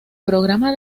programa